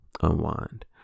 unwind